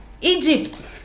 Egypt